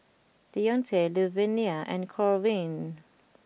Deonte Luvenia and Corwin